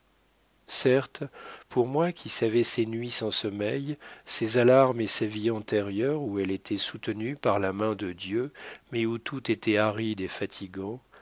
certes pour moi qui savais ses nuits sans sommeil ses alarmes et sa vie antérieure où elle était soutenue par la main de dieu mais où tout était aride et fatigant